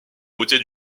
routier